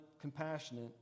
compassionate